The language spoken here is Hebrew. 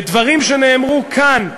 ודברים שנאמרו כאן,